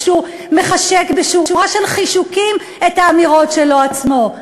כשהוא מחשק בשורה של חישוקים את האמירות שלו עצמו,